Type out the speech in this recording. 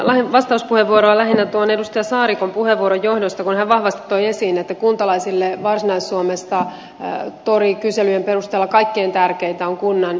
pyysin vastauspuheenvuoroa lähinnä edustaja saarikon puheenvuoron johdosta kun hän vahvasti toi esiin että kuntalaisille varsinais suomessa torikyselyjen perusteella kaikkein tärkeintä on kunnan itsenäisyys